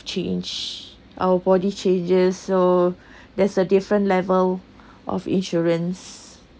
change our body changes so there's a different level of insurance